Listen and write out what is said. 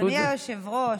אדוני היושב-ראש,